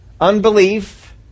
Unbelief